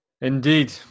Indeed